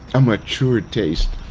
a mature taste.